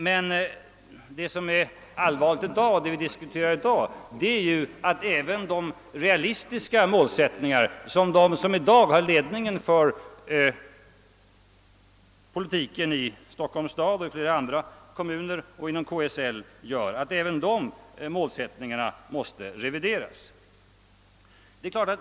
Men det allvarliga är — och det är det vi diskuterar i dag — att även de realistiska målsättningar, som de som har ledningen av politiken i Stockholms stad, och de andra kommunerna och KSL gjort, måste revideras.